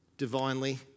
divinely